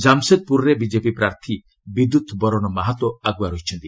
ଜାମସେଦପୁରରେ BJP ପ୍ରାର୍ଥୀ ବିଦ୍ୟୁତ ବରଣ ମହାତୋ ଆଗୁଆ ରହିଛନ୍ତି